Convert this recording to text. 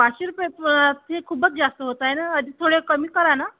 पाचशे रुपये पण ते खूपच जास्त होताय ना अजून थोडे कमी करा ना